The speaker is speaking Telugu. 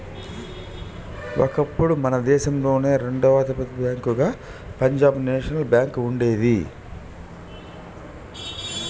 ఒకప్పుడు మన దేశంలోనే రెండవ అతి పెద్ద బ్యేంకుగా పంజాబ్ నేషనల్ బ్యేంకు ఉండేది